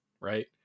right